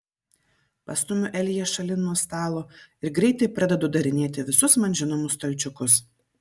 pastumiu eliją šalin nuo stalo ir greitai pradedu darinėti visus man žinomus stalčiukus